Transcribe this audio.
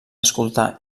escoltar